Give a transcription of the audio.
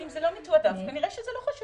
אז אם זה לא מתועדף כנראה שזה לא חשוב.